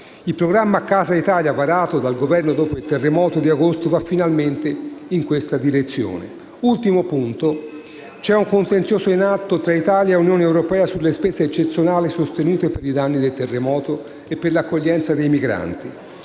Il programma Casa Italia, varato dal Governo dopo il terremoto di agosto, va finalmente nella giusta direzione. Passo all'ultimo punto. È in atto un contenzioso tra l'Italia e l'Unione europea sulle spese eccezionali sostenute per i danni del terremoto e l'accoglienza dei migranti.